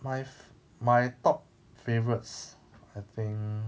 my fav~ my top favourites I think